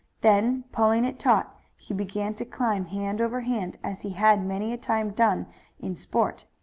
then pulling it taut he began to climb hand over hand as he had many a time done in sport.